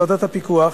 בוועדת הפיקוח,